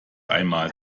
einmal